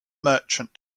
merchant